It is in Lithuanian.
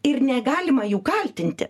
ir negalima jų kaltinti